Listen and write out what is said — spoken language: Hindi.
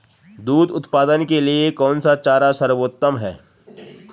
दूध उत्पादन के लिए कौन सा चारा सर्वोत्तम है?